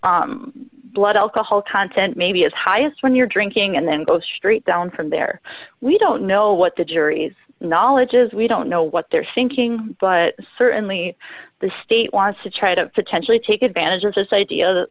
blood alcohol content maybe is highest when you're drinking and then go straight down from there we don't know what the jury's knowledge is we don't know what they're thinking but certainly the state wants to try to potentially take advantage of this idea that